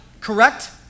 correct